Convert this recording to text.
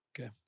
Okay